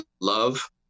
love